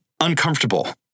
uncomfortable